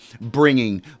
bringing